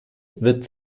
wird